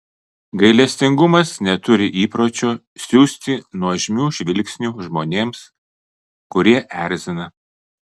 gailestingumas neturi įpročio siųsti nuožmių žvilgsnių žmonėms kurie erzina